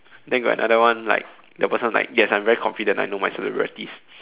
then got another one like the person was like yes I'm very confident I know my celebrities